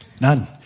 None